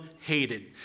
hated